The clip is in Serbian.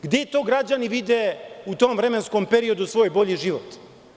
Gde to građani vide u tom vremenskom periodu svoj bolji život?